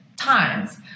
times